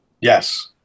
Yes